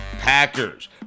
Packers